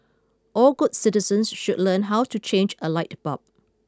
all good citizens should learn how to change a light bulb